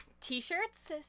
t-shirts